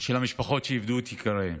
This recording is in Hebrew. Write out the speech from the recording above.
של המשפחות שאיבדו את יקיריהן.